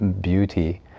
beauty